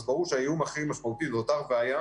אז ברור שהאיום הכי משמעותי נותר והיה